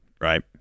right